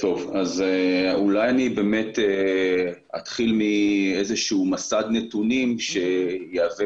אולי אני אתחיל מאיזשהו מסד נתונים שיהווה